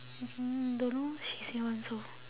mm don't know what she say [one] so